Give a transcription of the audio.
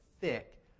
thick